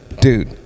dude